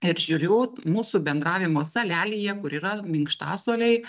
ir žiūriu mūsų bendravimo salelėje kur yra minkštasuoliai